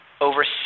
over